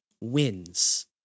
wins